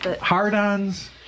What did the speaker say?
hard-ons